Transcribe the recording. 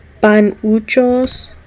panuchos